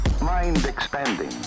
mind-expanding